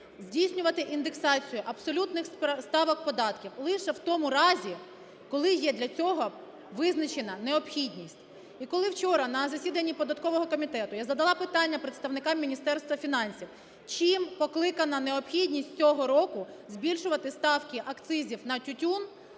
здійснювати індексацію абсолютних ставок податків лише в тому разі, коли є для цього визначена необхідність. І коли вчора на засіданні податкового комітету я задала питання представникам Міністерства фінансів, чим покликана необхідність цього року збільшувати ставки акцизів на тютюн,